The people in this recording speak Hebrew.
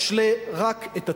משלה רק את עצמו.